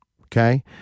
okay